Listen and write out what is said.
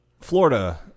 Florida